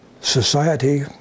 Society